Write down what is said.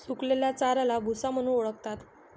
सुकलेल्या चाऱ्याला भुसा म्हणून ओळखतात